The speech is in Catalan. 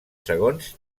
segons